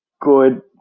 good